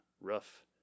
rough